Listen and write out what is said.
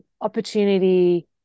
opportunity